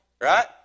right